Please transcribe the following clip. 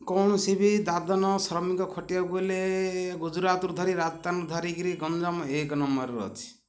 କୌଣସି ବି ଦାଦନ ଶ୍ରମିକ ଖଟିବାକୁ ହେଲେ ଗୁଜୁରାଟ ରୁ ଧରିକରି ରାଜସ୍ଥାନ ରୁ ଧରିକରି ଗଞ୍ଜାମ ଏକ୍ ନମ୍ବର୍ରେ ଅଛି